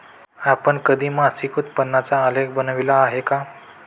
आपण कधी मासिक उत्पन्नाचा आलेख बनविला आहे का?